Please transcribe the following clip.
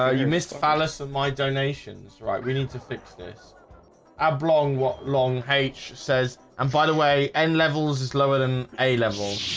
ah you missed phallus of and my donations, right? we need to fix this i belong what long h says and by the way n levels is lower than a level